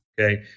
Okay